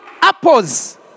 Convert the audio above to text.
apples